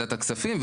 בוועדת הכספים.